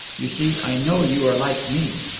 you see, i know you are like me.